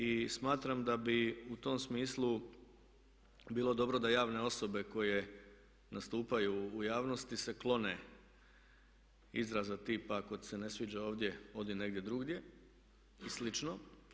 I smatram da bi u tom smislu bilo dobro da javne osobe koje nastupaju u javnosti se klone izraza tipa "ako ti se ne sviđa ovdje odi negdje drugdje" i slično.